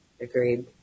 Agreed